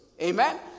Amen